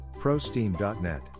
prosteam.net